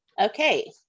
Okay